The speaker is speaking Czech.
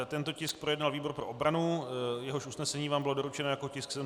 Tento tisk projednal výbor pro obranu, jehož usnesení vám bylo doručeno jako tisk 761/1.